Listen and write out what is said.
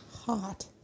Hot